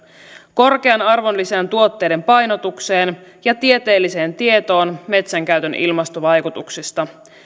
korkean arvonlisän tuotteiden painotukseen ja tieteelliseen tietoon metsänkäytön ilmastovaikutuksista